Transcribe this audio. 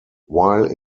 while